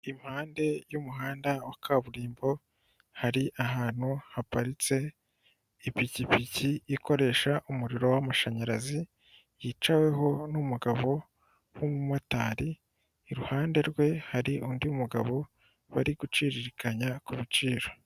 Impande y'umuhanda wa kaburimbo, hari ahantu haparitse ipikipiki ikoresha umuriro w'amashanyarazi, yicaweho n'umugabo w'umumotari, iruhande rwe hari undi mugabo bari guciririkanya ku biciro.